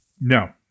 no